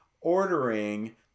ordering